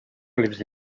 lives